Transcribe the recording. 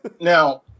Now